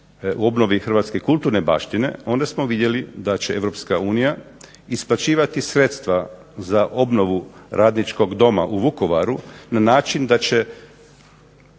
u obnovi hrvatske kulturne baštine, onda smo vidjeli da će Europska unija isplaćivati sredstva za obnovu Radničkog doma u Vukovaru, na način da će